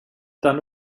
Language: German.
dann